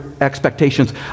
expectations